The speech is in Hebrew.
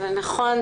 אבל נכון,